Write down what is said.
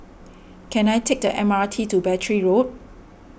can I take the M R T to Battery Road